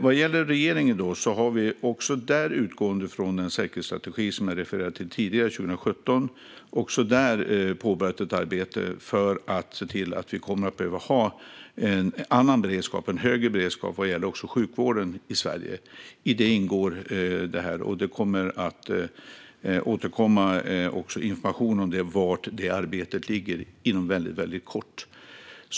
Vad gäller regeringen har vi, utgående från den säkerhetsstrategi från 2017 som jag refererade till tidigare, påbörjat ett arbete för att se till att vi får en annan och högre beredskap för sjukvården i Sverige. Där ingår detta, och vi kommer att återkomma med information om hur arbetet ligger till inom kort.